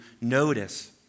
notice